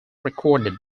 recorded